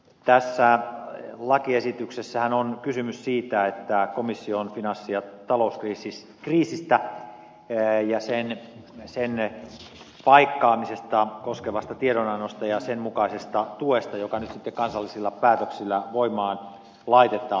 tässä lakiesityksessähän on kysymys komission finanssi ja talouskriisistä ja sen paikkaamista koskevasta tiedonannosta ja sen mukaisesta tuesta joka nyt sitten kansallisilla päätöksillä voimaan laitetaan